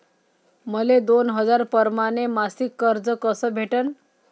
मले दोन हजार परमाने मासिक कर्ज कस भेटन?